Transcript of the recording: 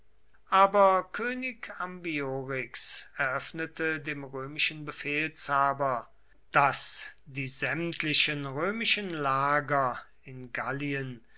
aber könig ambiorix eröffnete dem römischen befehlshaber daß die sämtlichen römischen lager in gallien